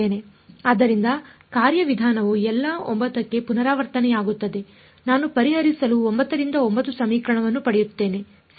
ಆದ್ದರಿಂದ ಕಾರ್ಯವಿಧಾನವು ಎಲ್ಲಾ 9 ಕ್ಕೆ ಪುನರಾವರ್ತನೆಯಾಗುತ್ತದೆ ನಾನು ಪರಿಹರಿಸಲು 9 ರಿಂದ 9 ಸಮೀಕರಣವನ್ನು ಪಡೆಯುತ್ತೇನೆ ಸರಿ